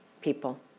people